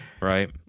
Right